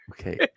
Okay